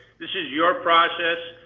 this is your process,